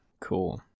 Cool